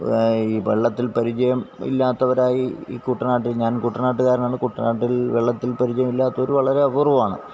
ഈ വള്ളത്തില് പരിചയം ഇല്ലാത്തവരായി ഈ കുട്ടനാട്ടില് ഞാന് കുട്ടനാട്ടുകാരനാണ് കുട്ടനാട്ടില് വെള്ളത്തില് പരിചയമില്ലാത്തവര് വളരെ അപൂര്വമാണ്